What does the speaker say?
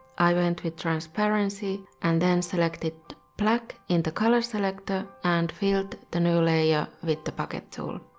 i went with transparency and then selected black in the color selector and filled the new layer with the bucket tool.